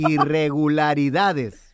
Irregularidades